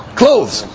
clothes